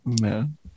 Man